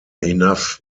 enough